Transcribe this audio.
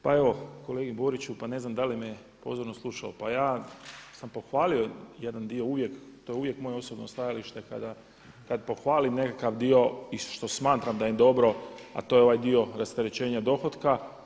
Pa evo kolegi Boriću pa ne znam da li me pozorno slušao, pa ja sam pohvalio jedan dio uvijek, to je uvijek moje osobno stajalište kada pohvalim nekakav dio i što smatram da je dobro, a to je ovaj dio rasterećenja dohotka.